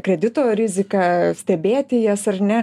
kredito riziką stebėti jas ar ne